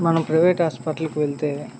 మనం ప్రైవేట్ హాస్పిటల్కి వెళ్తే